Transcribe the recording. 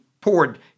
poured